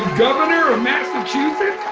governor of massachusetts.